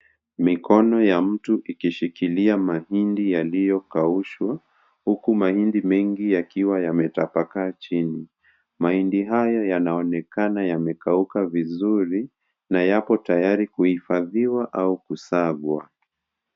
Mikono ya mtu ikishikilia mahindi yaliyokaushwa, huku mahindi mengi yakiwa yametapakaa chini. Mahindi hayo yanaonekana yamekauka vizuri na yapo tayari kuhifadhiwa au kusagwa.